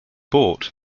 bought